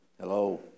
Hello